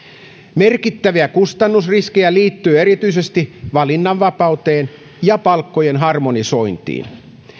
merkittäviä kustannusriskejä liittyy erityisesti valinnanvapauteen ja palkkojen harmonisointiin